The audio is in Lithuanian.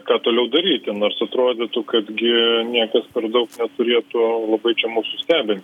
ką toliau daryti nors atrodytų kad gi niekas per daug neturėtų labai čia mūsų stebint